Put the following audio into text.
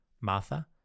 Martha